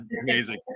amazing